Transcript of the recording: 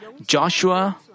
Joshua